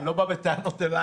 אני לא בא בטענות אלייך,